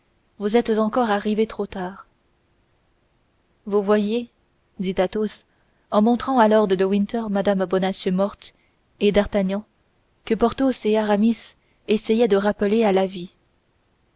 vous êtes encore arrivés trop tard vous voyez dit athos en montrant à lord de winter mme bonacieux morte et d'artagnan que porthos et aramis essayaient de rappeler à la vie